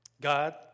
God